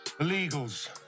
Illegals